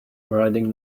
writing